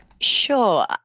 Sure